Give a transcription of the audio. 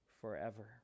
forever